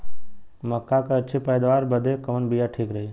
मक्का क अच्छी पैदावार बदे कवन बिया ठीक रही?